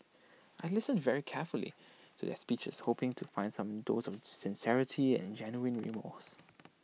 I listened very carefully to their speeches hoping to find some dose of sincerity and genuine remorse